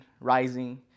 rising